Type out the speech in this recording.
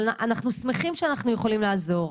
אבל, אנחנו שמחים שאנחנו יכולים לעזור.